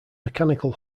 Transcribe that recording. mechanical